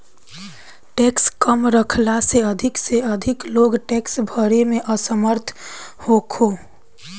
tax कम रखला से अधिक से अधिक लोग टैक्स भरे में समर्थ होखो